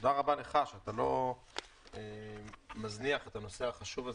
תודה רבה לך שאתה לא מזניח את הנושא החשוב הזה.